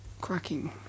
cracking